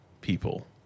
people